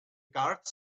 guards